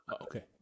okay